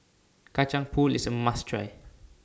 Kacang Pool IS A must Try